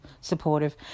supportive